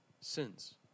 sins